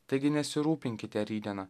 taigi nesirūpinkite rytdiena